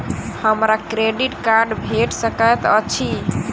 हमरा credit card भेट सकैत अछि?